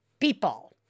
people